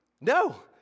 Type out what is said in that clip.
No